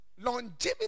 longevity